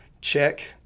Check